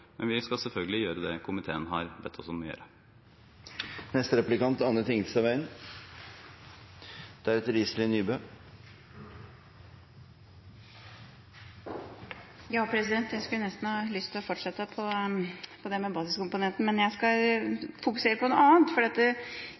Men det oppfatter jeg heller ikke at komiteen tar til orde for, men vi skal selvfølgelig gjøre det komiteen har bedt oss om å gjøre. Jeg skulle nesten hatt lyst til å fortsette på det med basiskomponenten, men jeg skal fokusere på noen annet, for